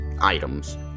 items